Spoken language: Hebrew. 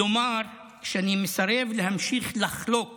לומר שאני מסרב להמשיך לחלוק